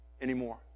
anymore